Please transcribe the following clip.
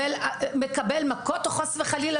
מקבל מכות או חס וחלילה,